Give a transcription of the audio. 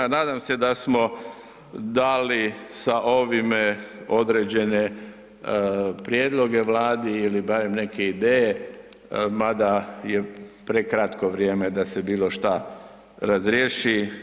Nadam se da smo dali sa ovime određene prijedloge Vladi ili barem neke ideje, mada je prekratko vrijeme da se bilo šta razriješi.